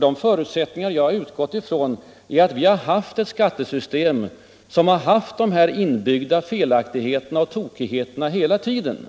De förutsättningar jag har utgått ifrån är att vi har haft ett skattesystem med inbyggda felaktigheter och tokigheter hela tiden.